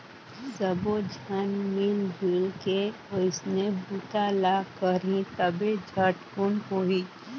सब्बो झन मिलजुल के ओइसने बूता ल करही तभे झटकुन होही